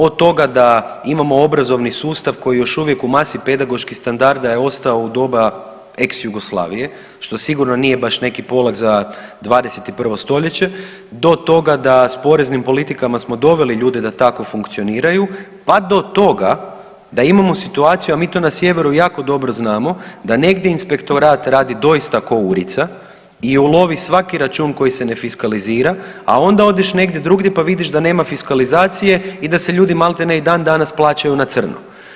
Od toga da imamo obrazovni sustav koji još uvijek u masi pedagoških standarda je ostao u doba ex Jugoslavije što sigurno nije baš neki polog za 21. stoljeće do toga da s poreznim politikama smo doveli ljude da tako funkcioniraju pa da toga da imamo situaciju, a mi to na sjeveru jako dobro znamo, da negdje inspektorat radi doista ko urica i ulovi svaki račun koji se ne fiskalizira, a onda odeš negdje drugdje pa vidiš da nema fiskalizacije i da se ljudi maltene i dan danas plaćaju na crno.